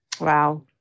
Wow